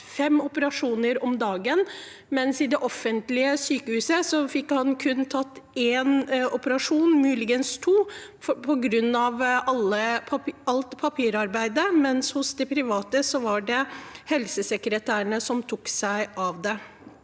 fem operasjoner om dagen, mens i det offentlige sykehuset fikk han kun tatt én operasjon, muligens to, på grunn av alt papirarbeidet. Hos de private var det helsesekretærene som tok seg av det.